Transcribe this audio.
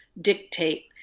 dictate